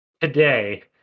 Today